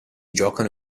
giocano